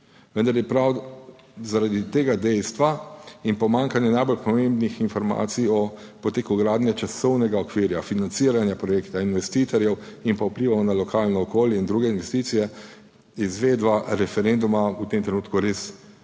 vendar je prav, zaradi tega dejstva in pomanjkanje najbolj pomembnih informacij o poteku gradnje, časovnega okvirja financiranja projekta, investitorjev in pa vplivov na lokalno okolje in druge investicije je izvedba referenduma v tem trenutku res nesmiselna,